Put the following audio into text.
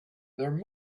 there